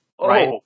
right